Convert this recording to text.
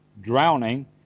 drowning